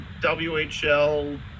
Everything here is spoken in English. whl